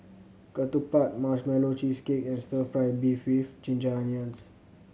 ketupat Marshmallow Cheesecake and Stir Fry beef with ginger onions